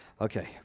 Okay